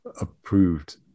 approved